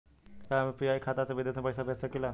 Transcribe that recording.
का हम यू.पी.आई खाता से विदेश में पइसा भेज सकिला?